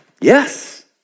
Yes